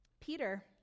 Peter